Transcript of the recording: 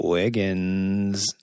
Wiggins